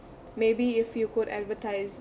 maybe if you could advertise